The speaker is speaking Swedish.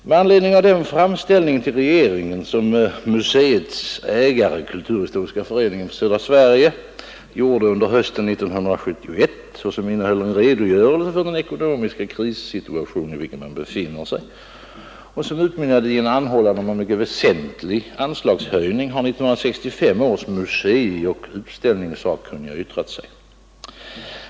Med anledning av den framställning till regeringen som museets ägare, Kulturhistoriska föreningen för södra Sverige, gjorde under hösten 1971 och som innehöll en redogörelse för den ekonomiska krissituation, i vilken man befinner sig, och som utmynnade i en anhållan om en mycket väsentlig anslagshöjning, har 1965 års museioch utställningssakkunniga yttrat sig.